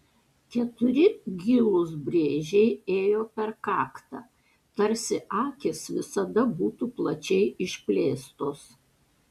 keturi gilūs brėžiai ėjo per kaktą tarsi akys visada būtų plačiai išplėstos